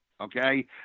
okay